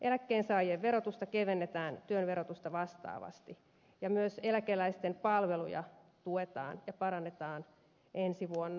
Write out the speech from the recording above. eläkkeensaajien verotusta kevennetään työn verotusta vastaavasti ja myös eläkeläisten palveluja tuetaan ja parannetaan ensi vuonna